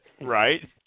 Right